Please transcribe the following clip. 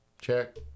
Check